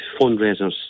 fundraisers